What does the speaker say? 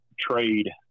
trade